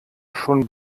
schon